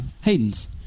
Hayden's